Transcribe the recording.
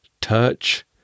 touch